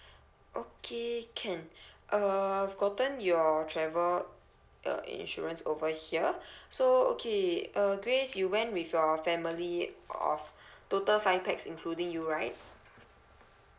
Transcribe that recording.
okay can err I've gotten your travel your insurance over here so okay err grace you went with your family of total five pax including you right